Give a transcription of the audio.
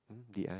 did I